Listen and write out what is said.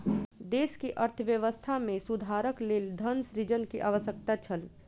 देश के अर्थव्यवस्था में सुधारक लेल धन सृजन के आवश्यकता छल